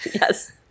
Yes